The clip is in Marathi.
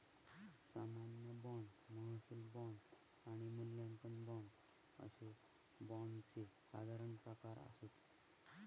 सामान्य बाँड, महसूल बाँड आणि मूल्यांकन बाँड अशे बाँडचे साधारण प्रकार आसत